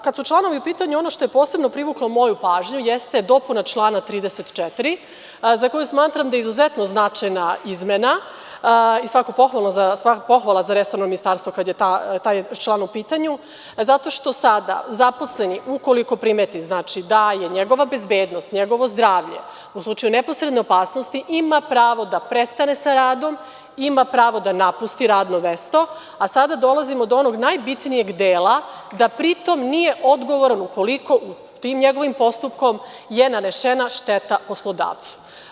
Kada su članovi u pitanju, ono što je posebno privuklo moju pažnju jeste dopuna člana 34, za koju smatram da je izuzetno značajna izmena i svaka pohvala za resorno ministarstvo kada je taj član u pitanju, zato što sada zaposleni, ukoliko primeti da je njegova bezbednost, njegovo zdravlje u slučaju neposredne opasnosti, ima pravo da prestane sa radom, ima pravo da napusti radno mesto, a sada dolazimo do onog najbitnijeg dela, da pri tome nije odgovoran ukoliko tim njegovim postupkom je nanesena šteta poslodavcu.